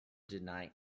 deny